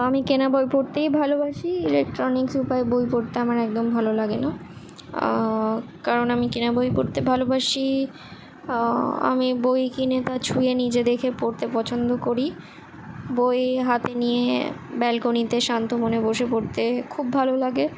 আমি কেনা বই পড়তেই ভালোবাসি ইলেকট্রনিক্স উপায়ে বই পড়তে আমার একদম ভালো লাগে না কারণ আমি কেনা বই পড়তে ভালোবাসি আমি বই কিনে বা ছুঁয়ে নিজে দেখে পড়তে পছন্দ করি বই হাতে নিয়ে ব্যালকনিতে শান্ত মনে বসে পড়তে খুব ভালো লাগে